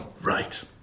Right